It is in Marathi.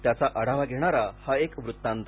त्याचा आढावा घेणारा हा एक वृत्तांत